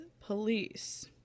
police